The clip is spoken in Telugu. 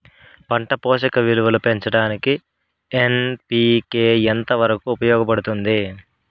పంట పోషక విలువలు పెంచడానికి ఎన్.పి.కె ఎంత వరకు ఉపయోగపడుతుంది